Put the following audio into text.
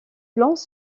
plans